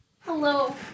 Hello